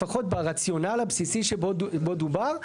לפחות ברציונל הבסיסי שבו דובר,